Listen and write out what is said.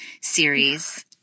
Series